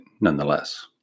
nonetheless